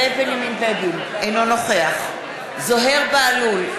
אינו נוכח זוהיר בהלול,